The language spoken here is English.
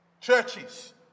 Churches